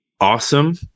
awesome